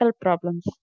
problems